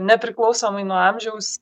nepriklausomai nuo amžiaus